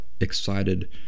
excited